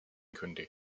könnte